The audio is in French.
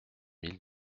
mille